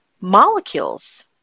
molecules